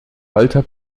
alter